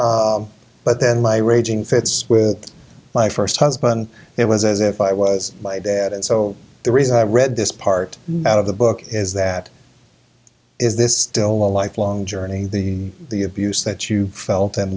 but then my raging fits with my first husband it was as if i was my dad and so the reason i read this part out of the book is that is this still a lifelong journey the the abuse that you felt and